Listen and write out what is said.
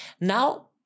Now